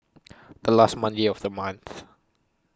The last Monday of The month